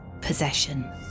possession